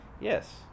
Yes